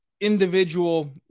individual